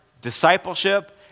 discipleship